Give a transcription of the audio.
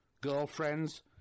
girlfriends